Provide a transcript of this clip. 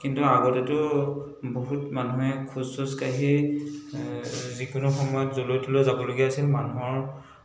কিন্তু আগতেতো বহুত মানুহে খোজ চোজ কাঢ়ি যিকোনো সময়ত য'লৈ ত'লৈ যাবলগীয়া হৈছিল মানুহৰ